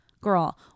Girl